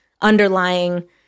underlying